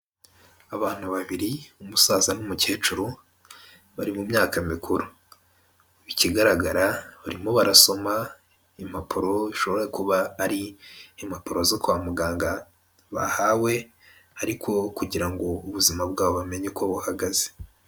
Abantu babiri umusaza n'umukecuru bari mu myaka mikuru, ikigaragara barimo barasoma impapuro zishobora kuba ari impapuro zo kwa muganga bahawe ariko kugira ngo ubuzima bwabo bamenye uko buhagaze.